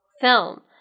film